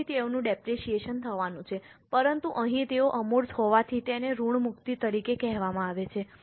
તેથી તેઓનું ડેપરેશીયેશન થવાનું છે પરંતુ અહીં તેઓ અમૂર્ત હોવાથી તેને ઋણમુક્તિ તરીકે કહેવામાં આવે છે